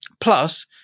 Plus